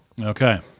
Okay